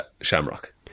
Shamrock